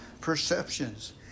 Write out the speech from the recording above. perceptions